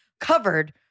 covered